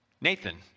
Nathan